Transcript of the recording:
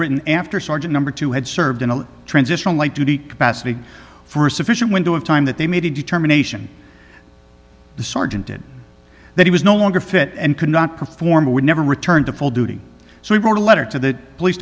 written after sarge number two had served in a transitional light to the capacity for a sufficient window of time that they made a determination the sergeant did that he was no longer fit and could not perform and would never return to full duty so he wrote a letter to the police